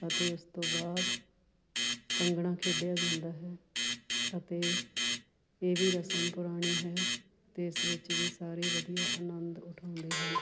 ਅਤੇ ਉਸ ਤੋਂ ਬਾਅਦ ਕੰਗਣਾ ਖੇਡਿਆ ਜਾਂਦਾ ਹੈ ਅਤੇ ਇਹ ਵੀ ਰਸਮ ਪੁਰਾਣੀ ਹੈ ਤੇ ਇਸ ਵਿੱਚ ਵੀ ਸਾਰੇ ਵਧੀਆ ਆਨੰਦ ਉਠਾਉਂਦੇ ਹਨ